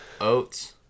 Oats